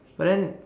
but then